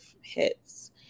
hits